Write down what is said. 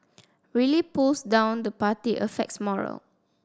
really pulls down the party affects morale